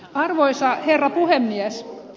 arvoisa herra puhemies